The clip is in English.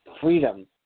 freedom